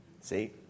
See